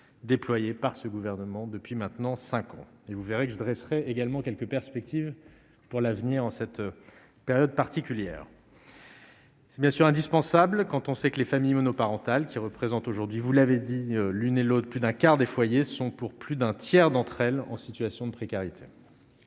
déployés par ce gouvernement depuis maintenant 5 ans, et vous verrez que j'adresserai également quelques perspectives pour l'avenir en cette période particulière. C'est bien sûr indispensable quand on sait que les familles monoparentales qui représente, aujourd'hui, vous l'avez dit, l'une et l'autre, plus d'un quart des foyers sont pour plus d'un tiers d'entre elles, en situation de précarité